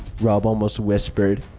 rob almost whispered.